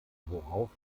worauf